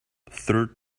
third